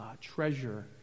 treasure